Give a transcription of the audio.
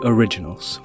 Originals